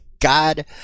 god